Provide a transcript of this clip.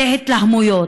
זה התלהמויות,